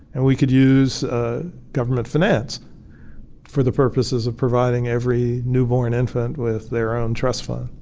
and we could use government finance for the purposes of providing every newborn infant with their own trust fund.